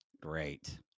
Great